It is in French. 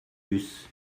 bus